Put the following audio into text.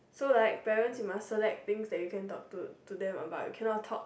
so like parents you must select things that you can talk to to them about you cannot talk